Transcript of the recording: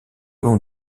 long